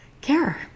care